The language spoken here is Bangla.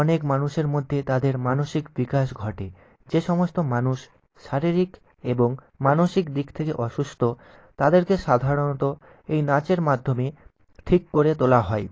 অনেক মানুষের মধ্যে তাদের মানসিক বিকাশ ঘটে যে সমস্ত মানুষ শারীরিক এবং মানসিক দিক থেকে অসুস্থ তাদেরকে সাধারণত এই নাচের মাধ্যমে ঠিক করে তোলা হয়